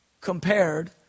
compared